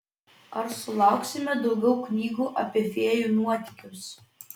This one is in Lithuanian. ar sulauksime daugiau knygų apie fėjų nuotykius